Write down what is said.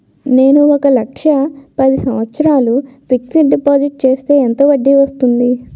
నేను ఒక లక్ష పది సంవత్సారాలు ఫిక్సడ్ డిపాజిట్ చేస్తే ఎంత వడ్డీ వస్తుంది?